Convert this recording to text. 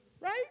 right